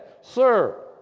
Sir